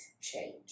change